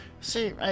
See